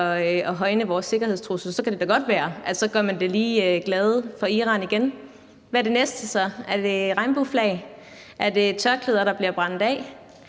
at højne sikkerhedstruslen; så kan det da godt være, at man så lige gør dem glade i Iran igen. Hvad er det næste så? Er det regnbueflag? Er det tørklæder, der bliver brændt af?